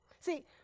See